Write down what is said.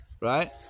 right